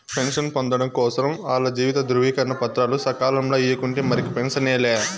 pension పొందడం కోసరం ఆల్ల జీవిత ధృవీకరన పత్రాలు సకాలంల ఇయ్యకుంటే మరిక పెన్సనే లా